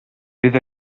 bydd